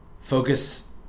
focus